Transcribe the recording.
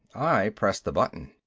i pressed the button.